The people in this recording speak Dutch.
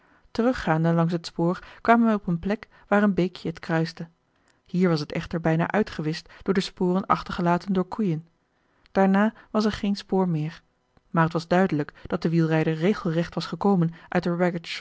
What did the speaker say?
teruggaande langs het spoor kwamen wij op een plek waar een beekje het kruiste hier was het echter bijna uitgewischt door de sporen achtergelaten door koeien daarna was er geen spoor meer maar het was duidelijk dat de wielrijder regelrecht was gekomen uit